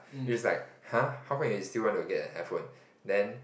he's like !huh! how come you still want to get an iPhone then